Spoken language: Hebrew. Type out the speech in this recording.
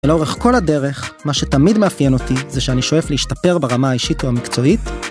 לאורך כל הדרך, ‫מה שתמיד מאפיין אותי ‫זה שאני שואף להשתפר ‫ברמה האישית או המקצועית.